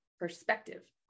perspective